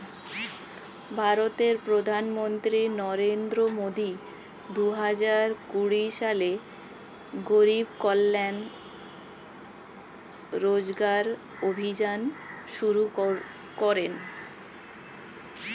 ভারতের প্রধানমন্ত্রী নরেন্দ্র মোদি দুহাজার কুড়ি সালে গরিব কল্যাণ রোজগার অভিযান শুরু করেন